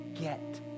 get